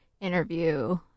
interview